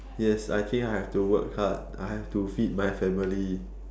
yes I think I have to work hard I have to feed my family